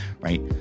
right